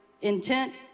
intent